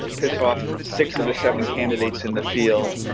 piss off six of the seven candidates in the field.